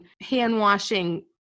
hand-washing